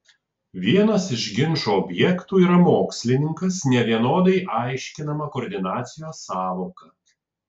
vienas iš ginčo objektų yra mokslininkas nevienodai aiškinama koordinacijos sąvoka